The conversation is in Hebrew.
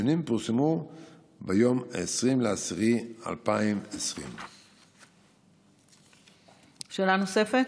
הציונים פורסמו ביום 20 באוקטובר 2020. שאלה נוספת?